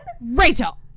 Rachel